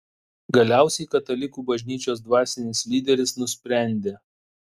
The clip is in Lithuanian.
galiausiai katalikų bažnyčios dvasinis lyderis nusprendė